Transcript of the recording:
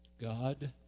God